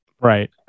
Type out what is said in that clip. Right